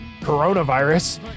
Coronavirus